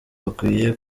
bakwiye